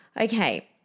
Okay